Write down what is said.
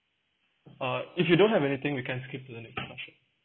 uh if you don't have anything we can skip to the next question